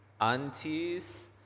aunties